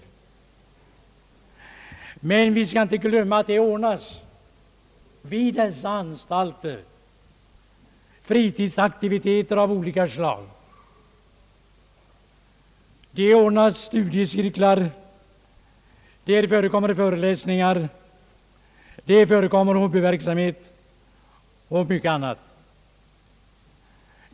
Vi skall emellertid inte glömma att det vid dessa anstalter anordnas studiecirklar, föreläsningar, hobbyverksamhet och mycket annat.